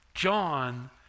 John